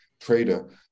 trader